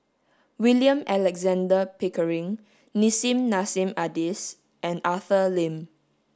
William Alexander Pickering Nissim Nassim Adis and Arthur Lim